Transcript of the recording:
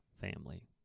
family